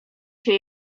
się